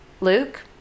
Luke